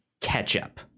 ketchup